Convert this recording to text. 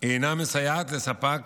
היא אינה מסייעת לספק